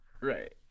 right